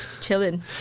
chilling